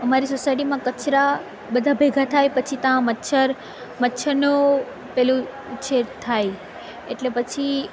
અમારી સોસાયટીમાં કચરા બધા ભેગા થાય પછી તાં મચ્છર મચ્છરનો પેલું ઉછેર થાય એટલે પછી